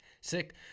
Sick